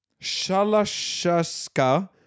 Shalashaska